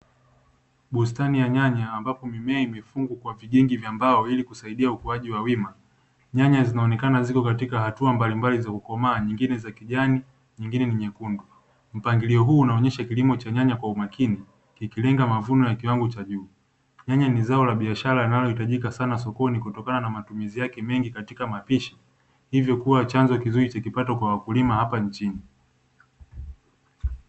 Bustani ya nyanya ambapo mimea imefungwa kwa vijenge vya mbao ili kusaidia ukuaji wa wima. Nyanya zinaonekana ziko katika hatua mbalimbali za kukomaa, nyingine za kijani, nyingine ni nyekundu. Mpangilio huu unaonyesha kilimo cha nyanya kwa umakini, kikilenga mavuno ya kiwango cha juu. Nyanya ni zao la biashara linalohitajika sana sokoni kutokana na matumizi yake mengi katika mapishi, hivyo kuwa chanzo kizuri cha kipato kwa wakulima hapa nchini.